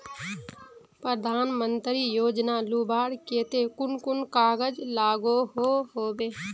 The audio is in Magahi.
प्रधानमंत्री योजना लुबार केते कुन कुन कागज लागोहो होबे?